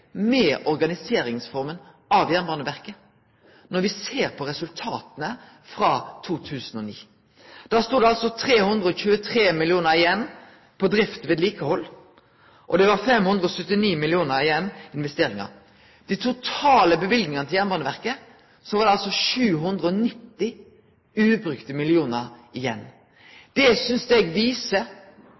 med organiseringsforma av Jernbaneverket, når me ser på resultata frå 2009. Da står det altså 323 mill. kr igjen på drift og vedlikehald, og det var 579 mill. kr igjen på investeringar. Av dei totale løyvingane til Jernbaneverket var det 790 ubrukte millionar igjen. Det synest eg viser